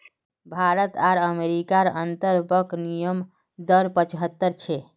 भारत आर अमेरिकार अंतर्बंक विनिमय दर पचाह्त्तर छे